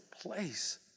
place